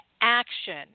action